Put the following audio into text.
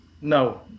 No